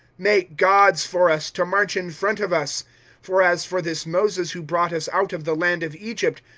make gods for us, to march in front of us for as for this moses who brought us out of the land of egypt,